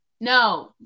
No